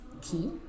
key